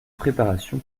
préparation